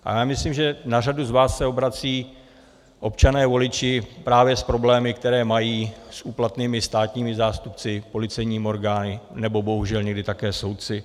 Já myslím, že na řadu z vás se obracejí občané voliči právě s problémy, které mají s úplatnými státními zástupci, policejními orgány nebo bohužel někdy také soudci.